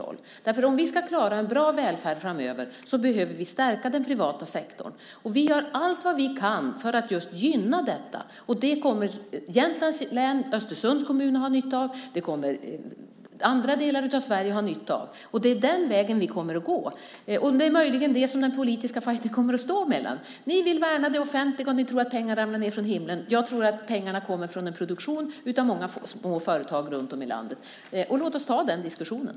Om vi ska klara en bra välfärd framöver behöver vi stärka den privata sektorn. Vi gör allt vi kan för att gynna den, och det kommer även Jämtlands län och Östersunds kommun, liksom andra delar av Sverige, att ha nytta av. Det är den vägen vi kommer att gå. Möjligen kommer den politiska fajten mellan oss att stå om detta. Ni vill värna det offentliga och tror att pengar ramlar ned från himlen. Jag tror att pengarna kommer från produktionen i många små företag runt om i landet. Låt oss ta den diskussionen.